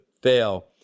fail